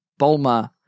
Bulma